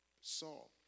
Saul